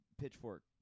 pitchfork